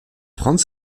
franz